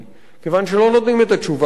כיוון שלא נותנים את התשובה האמיתית.